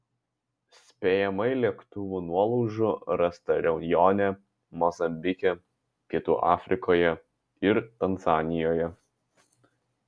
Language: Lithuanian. spėjamai lėktuvų nuolaužų rasta reunjone mozambike pietų afrikoje ir tanzanijoje